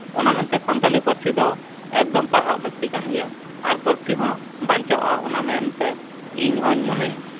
ᱚᱱᱟ ᱢᱮᱱᱛᱮ ᱥᱟᱱᱛᱟᱞᱤ ᱯᱟᱹᱨᱥᱤ ᱫᱚ ᱮᱠᱫᱚᱢ ᱯᱟᱲᱦᱟᱜ ᱞᱟᱹᱠᱛᱤᱜ ᱠᱟᱱ ᱜᱮᱭᱟ ᱟᱨ ᱯᱟᱹᱨᱥᱤ ᱦᱚᱸ ᱵᱟᱧᱪᱟᱜᱼᱟ ᱚᱱᱟ ᱢᱮᱱᱛᱮ ᱤᱧ ᱦᱚᱸᱧ ᱢᱚᱱᱮᱭᱟ